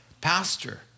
pastor